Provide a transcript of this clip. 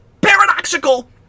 PARADOXICAL